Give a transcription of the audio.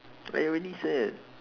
I already said